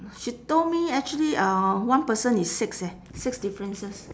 she told me actually uh one person is six eh six differences